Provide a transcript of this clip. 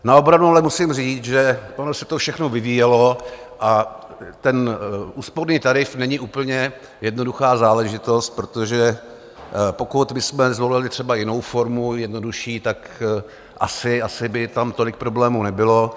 Na obranu ale musím říct, že ono se to všechno vyvíjelo a ten úsporný tarif není úplně jednoduchá záležitost, protože pokud bychom zvolili třeba jinou formu, jednodušší, tak asi by tam tolik problémů nebylo.